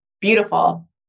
beautiful